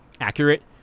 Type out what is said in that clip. accurate